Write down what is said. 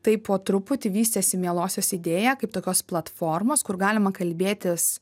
taip po truputį vystėsi mielosios idėja kaip tokios platformos kur galima kalbėtis